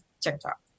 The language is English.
TikTok